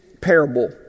parable